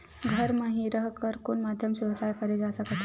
घर म हि रह कर कोन माध्यम से व्यवसाय करे जा सकत हे?